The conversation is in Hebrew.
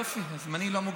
יופי, זמני לא מוגבל.